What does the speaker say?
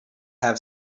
have